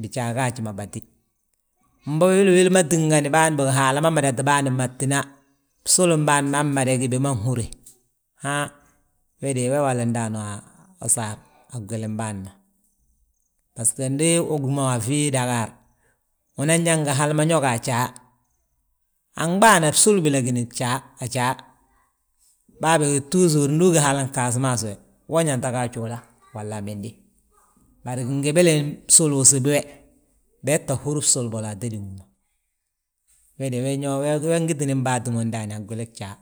bijaa gaaji ma batí. Mbo wili uwili ma tíngani bâan bógi Haala ma madti bâan mattina, bsulu bâmaa mmada gí bima nhúre; Han we de, we wali ndaani asaar a gwilim bâan ma, basgo ndu ugí mo a fii, Dagaar, unan yaa ngi hali ma ño ga ajaa; Anɓaana bsuli bila gíni bjaa, ajaa, baa bége túsur ndu ugí halin Gasamas we, we ñe ŧagi ajuula, wolla amindi. Bari gingébele sulu usibi we, bee tta húri bsulu bolo, atédin bi ma; We de ño we ngitin baati mo ndaani a gwili gjaa.